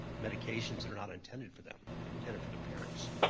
medications that are not intended for them, they're intended for their parents?